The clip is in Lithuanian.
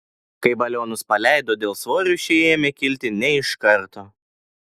kai balionus paleido dėl svorio šie ėmė kilti ne iš karto